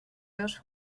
veus